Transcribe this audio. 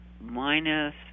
minus